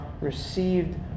received